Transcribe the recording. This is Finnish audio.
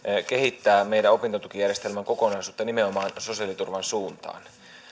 kehittää meidän opintotukijärjestelmän kokonaisuutta nimenomaan sosiaaliturvan suuntaan